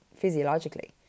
Physiologically